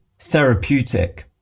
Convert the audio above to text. therapeutic